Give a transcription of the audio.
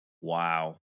Wow